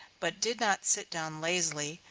but did not sit down lazily,